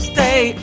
Stay